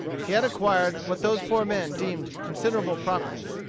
he had acquired what those poor men deemed considerable property.